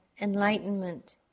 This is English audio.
enlightenment